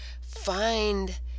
find